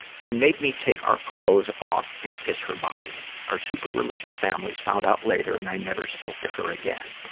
she made me take our clothes off and kiss our body. our super religious families found out later, and i never spoke to her again.